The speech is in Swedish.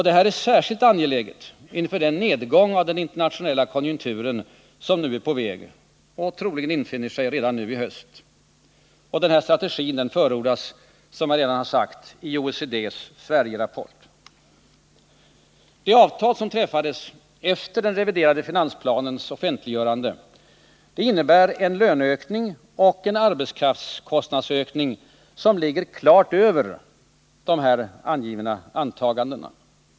Detta är särskilt angeläget inför den nedgång i den internationella konjunkturen som nu är på väg och troligen infinner sig redan i höst. Denna strategi förordas — som jag redan har sagt — i OECD:s Sverigerapport. Det avtal som träffades efter den reviderade finansplanens offentliggörande innebär en löneökning och en arbetskraftskostnadsökning som ligger klart över här angivna förutsättningar.